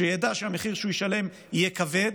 ידע שהמחיר שהוא ישלם יהיה כבד,